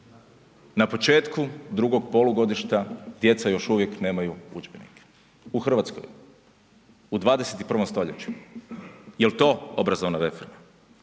Na početku drugog polugodišta djeca još uvijek nemaju udžbenike, u Hrvatskoj, u 21. stoljeću. Jel to obrazovna reforma?